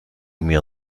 mir